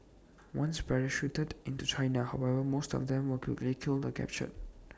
once parachuted into China however most of them were quickly killed or captured